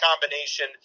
combination